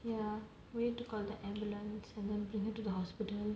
ya we need to call the ambulance and then bring her to the hospital